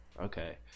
Okay